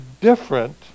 different